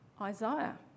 Isaiah